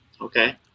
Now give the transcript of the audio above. Okay